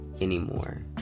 anymore